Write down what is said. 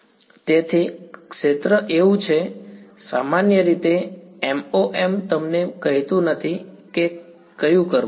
તેથી ક્ષેત્ર એવું છે સામાન્ય રીતે MoM તમને કહેતું નથી કે કયું કરવું